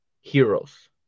Heroes